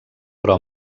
però